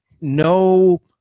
No